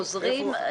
חוזרים?